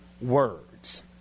words